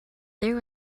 there